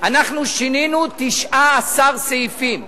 אנחנו שינינו 19 סעיפים,